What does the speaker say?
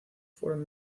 fueron